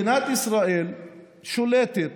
מדינת ישראל שולטת